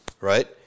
right